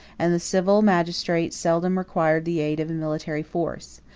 and the civil magistrate seldom required the aid of a military force.